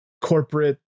corporate